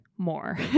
more